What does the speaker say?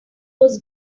was